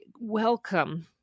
welcome